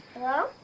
Hello